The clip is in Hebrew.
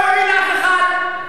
לא יועיל לאף אחד.